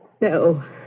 no